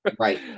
right